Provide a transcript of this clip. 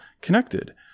connected